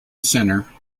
centre